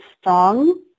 strong